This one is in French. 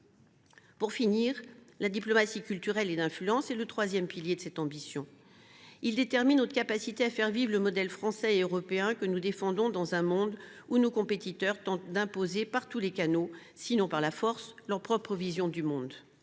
sur la diplomatie culturelle et d’influence, qui détermine notre capacité à faire vivre le modèle français et européen que nous défendons, dans un monde où nos compétiteurs tentent d’imposer par tous les canaux, sinon par la force, leur propre vision du monde.